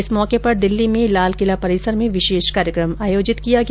इस मौके पर दिल्ली में लाल किला परिसर में विशेष कार्यक्रम आयोजित किया गया